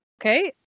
Okay